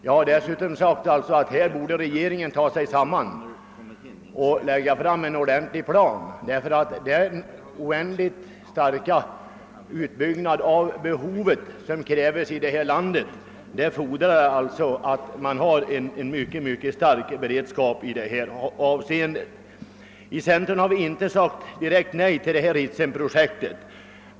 Jag sade dessutom att regeringen borde ta sig samman och lägga fram en ordentlig plan för försörjningen på detta område, eftersom den oerhört stora väntade tillväxten av elkraftsbehovet i vårt land kräver en mycket stark beredskap. I centern har vi ej direkt sagt nej till Ritsemprojektet.